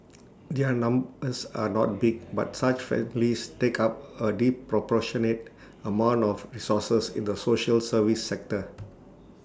their numbers are not big but such families take up A disproportionate amount of resources in the social service sector